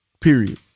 Period